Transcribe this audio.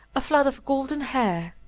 a flood of golden hair,